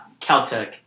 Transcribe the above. Caltech